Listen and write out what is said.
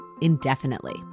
indefinitely